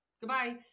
Goodbye